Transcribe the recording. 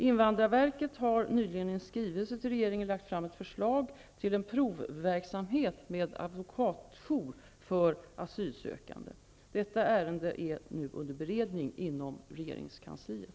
Invandrarverket har nyligen i en skrivelse till regeringen lagt fram ett förslag till en provverksamhet med advokatjour för asylsökande. Detta ärende är nu under beredning inom regeringskansliet.